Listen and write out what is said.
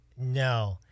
no